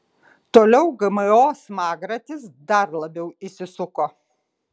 toliau gmo smagratis dar labiau įsisuko